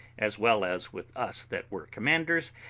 as well as with us that were commanders,